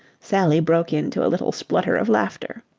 sally broke into a little splutter of laughter.